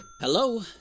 Hello